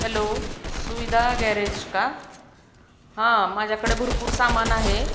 hello Suvidha garage का हां माझ्याकडे भरपूर सामान आहे